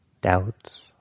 doubts